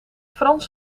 frans